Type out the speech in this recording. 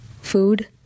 food